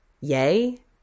Yay